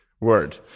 word